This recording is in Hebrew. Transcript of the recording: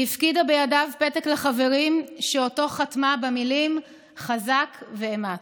היא הפקידה בידיו פתק לחברים שאותו חתמה במילים "חזק ואמץ".